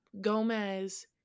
Gomez